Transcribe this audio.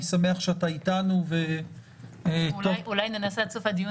אני שמח שאתה אתנו --- אולי ננסה עד סוף הדיון